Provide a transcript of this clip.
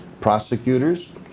prosecutors